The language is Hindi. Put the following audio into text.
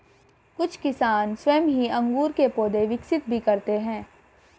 कुछ किसान स्वयं ही अंगूर के पौधे विकसित भी करते हैं